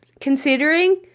considering